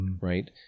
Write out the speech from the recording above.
right